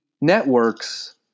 networks